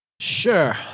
Sure